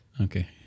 Okay